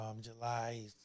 July